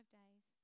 days